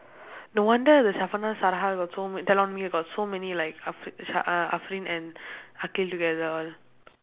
no wonder the got so telling me about so many like afr~ uh sha~ uh and together all